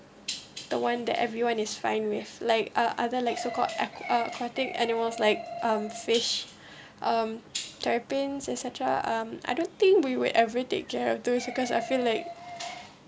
the one that everyone is fine with like uh other like so called a~ uh counting animals like um fish um terrapins etcetera um I don't think we would ever take care of those because I feel like